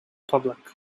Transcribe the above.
public